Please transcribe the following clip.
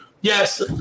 Yes